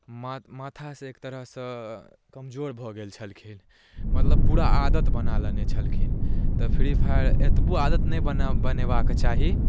मात माथासँ एक तरहसँ कमजोर भऽ गेल छलखिन मतलब पूरा आदत बना लेने छलखिन तऽ फ्री फायर एतबो आदत नहि बनेबाके चाही